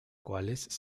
cuales